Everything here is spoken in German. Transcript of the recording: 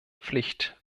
pflicht